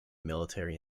military